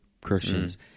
Christians